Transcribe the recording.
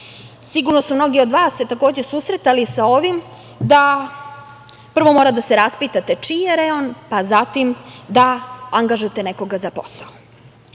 Sigurno su se mnogi od vas se takođe susretali sa ovim, da prvo mora da se raspitate čiji je reon, pa zatim da angažujete nekog za posao. Ključ